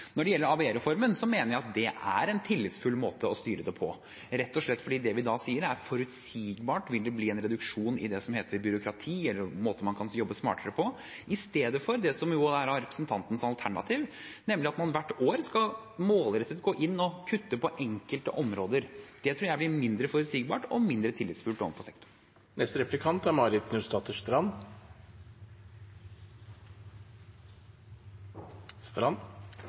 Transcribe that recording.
Når det gjelder ABE-reformen, mener jeg at det er en tillitsfull måte å styre det på, rett og sett fordi det vi da sier, er forutsigbart – vil det bli en reduksjon i det som heter byråkrati, eller er det en måte man kan jobbe smartere på – i stedet for det som jo er representantens alternativ, nemlig at man hvert år skal målrettet gå inn og kutte på enkelte områder. Det tror jeg blir mindre forutsigbart og mindre tillitsfullt overfor sektoren.